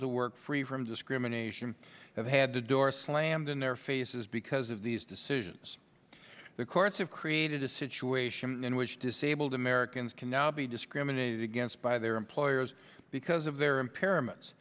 to work free from discrimination have had the door slammed in their faces because of these decisions the courts have created a situation in which disabled americans can now be discriminated against by their employers because of their impairment